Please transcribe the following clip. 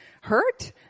hurt